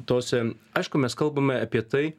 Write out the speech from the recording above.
tose aišku mes kalbame apie tai